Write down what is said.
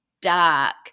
dark